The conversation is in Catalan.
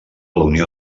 unió